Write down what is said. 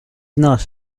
not